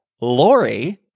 Lori